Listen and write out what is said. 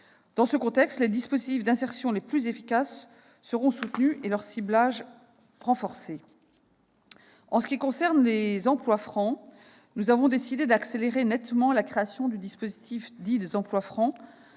Dans ce contexte, les dispositifs d'insertion les plus efficaces seront soutenus et leur ciblage renforcé. Nous avons ainsi décidé d'accélérer nettement la création du dispositif dit des « emplois francs